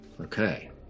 Okay